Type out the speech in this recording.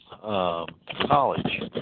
college